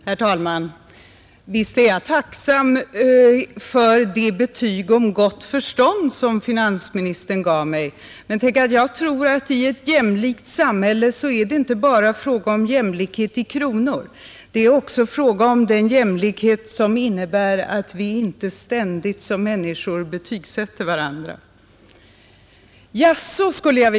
Herr talman! Visst är jag tacksam för det betyg om gott förstånd som finansministern gav mig, men jag tror att i ett jämlikt samhälle är det inte bara fråga om jämliket i kronor. Det är också fråga om den jämlikhet som innebär att vi inte ständigt betygsätter varandra som människor.